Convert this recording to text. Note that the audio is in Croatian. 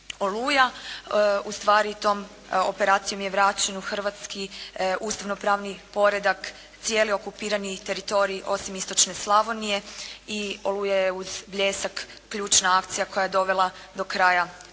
Ustvari tom operacijom je vraćen u Hrvatski ustavno pravni poredak cijeli okupirani teritorij osim istočne Slavonije i "Oluja" je uz "Bljesak" ključna akcija koja je dovela do kraja Domovinskog